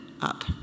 up